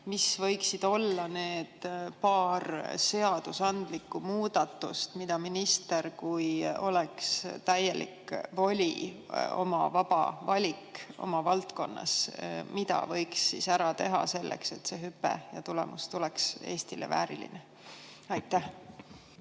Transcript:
mis võiksid olla need paar seadusandlikku muudatust, mida võiks minister, kui tal oleks täielik voli, vaba valik oma valdkonnas, ära teha selleks, et see hüpe ja tulemus tuleks Eesti väärilised? Aitäh,